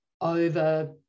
over